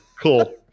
cool